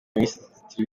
minisitiri